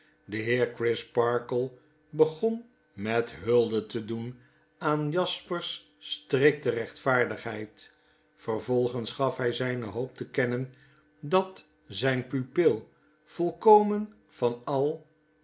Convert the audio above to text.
de heer crisparkle begon met hulde te doen aan jasper's strikte rechtvfiardigheid vervolgens gaf hy zyne hoop te kennen dat zijn pupil volkomen van al